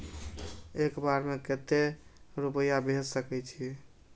एक बार में केते रूपया भेज सके छी?